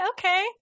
okay